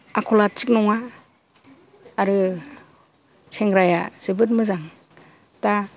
आखला थिग नङा आरो सेंग्राया जोबोद मोजां दा